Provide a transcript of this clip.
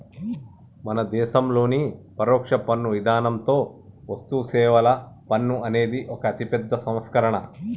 మన దేసంలోని పరొక్ష పన్ను ఇధానంతో వస్తుసేవల పన్ను అనేది ఒక అతిపెద్ద సంస్కరణ